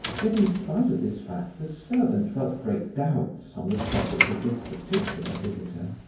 yet in spite of this fact the servant felt great doubts on the subject of this particular visitor.